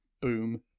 Boom